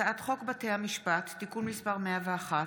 הצעת חוק בתי המשפט (תיקון מס' 101)